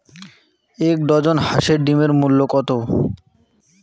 এক ডজন হাঁসের ডিমের মূল্য কত?